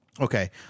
Okay